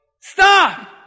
Stop